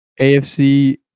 AFC